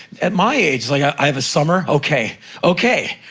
at my age it's, like i have a summer? okay! okay!